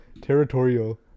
territorial